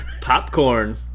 popcorn